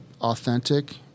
authentic